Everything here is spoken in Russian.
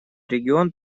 регион